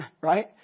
Right